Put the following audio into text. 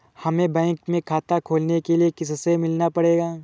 हमे बैंक में खाता खोलने के लिए किससे मिलना पड़ेगा?